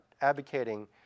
advocating